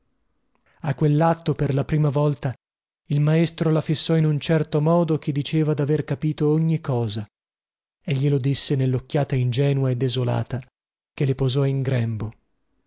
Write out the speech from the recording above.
quellatto per la prima volta il maestro la fissò in un certo modo che diceva daver capito ogni cosa e glielo disse nellocchiata ingenua e desolata che le posò in grembo